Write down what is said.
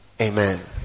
Amen